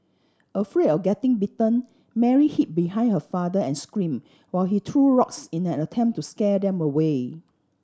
afraid of getting bitten Mary hid behind her father and screamed while he threw rocks in an attempt to scare them away